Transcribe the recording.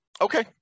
okay